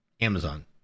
Amazon